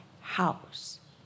house